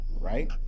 right